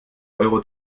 euro